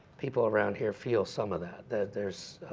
people around here feel some of that, that there's